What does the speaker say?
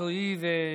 מקצועי ונכון.